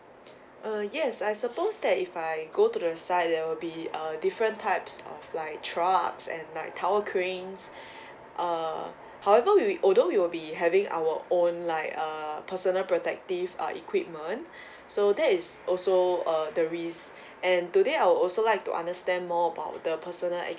uh yes I suppose that if I go to the site there will be a different types of like throughout ups and like tower cranes uh however we although we will be having our own like uh personal protective uh equipment so that is also uh the risk and today I would also like to understand more about the personal